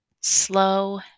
slow